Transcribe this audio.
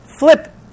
Flip